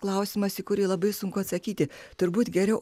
klausimas į kurį labai sunku atsakyti turbūt geriau